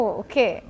okay